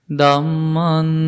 Dhamman